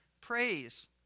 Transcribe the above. praise